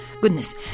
Goodness